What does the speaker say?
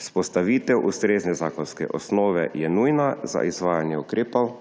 Vzpostavitev ustrezne zakonske osnove je nujna za izvajanje ukrepov,